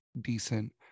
decent